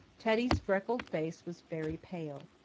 teddy's freckled face was very pale.